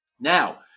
Now